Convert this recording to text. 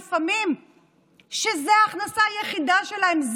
שלפעמים זו ההכנסה היחידה שלהן,